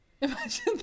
Imagine